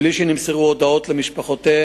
חלקם מבלי שנמסרו הודעות למשפחות.